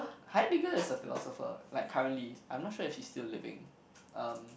Heidegger is a philosopher like currently I'm not sure if he's still living um